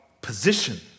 position